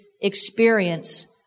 experience